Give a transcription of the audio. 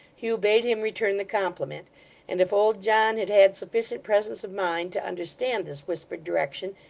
hugh bade him return the compliment and if old john had had sufficient presence of mind to understand this whispered direction,